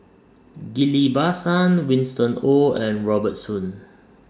Ghillie BaSan Winston Oh and Robert Soon